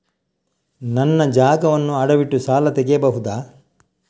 ನನ್ನ ಜಾಗವನ್ನು ಅಡವಿಟ್ಟು ಸಾಲ ತೆಗೆಯಬಹುದ?